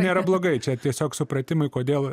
nėra blogai čia tiesiog supratimui kodėl